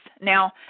Now